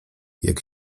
jak